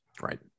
Right